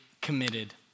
committed